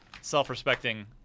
self-respecting